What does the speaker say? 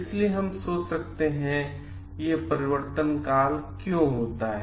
इसलिए हम सोच सकते हैं कि यह परिवर्तनकाल क्यों होता है